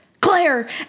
Claire